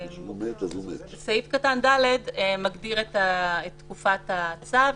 סעיף קטן (ד) מגדיר את תקופת הצו.